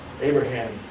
Abraham